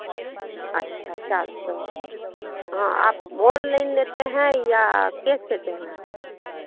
अच्छा चार सौ हाँ आप ऑनलाइन लेते हैं या कैश लेते हैं